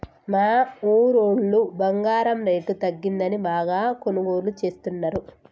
మా ఊరోళ్ళు బంగారం రేటు తగ్గిందని బాగా కొనుగోలు చేస్తున్నరు